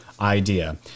Idea